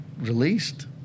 released